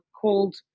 called